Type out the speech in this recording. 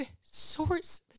source